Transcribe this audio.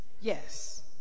yes